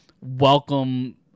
welcome